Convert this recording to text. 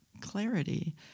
clarity